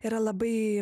yra labai